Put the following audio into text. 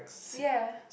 ya